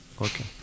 Okay